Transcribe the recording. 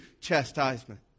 chastisement